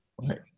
Right